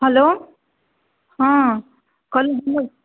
hello हँ कहलहुँ हमर